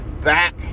back